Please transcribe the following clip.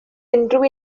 unrhyw